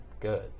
good